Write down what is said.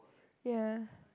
ya